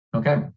Okay